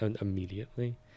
immediately